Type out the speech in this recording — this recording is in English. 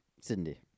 Cindy